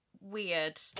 weird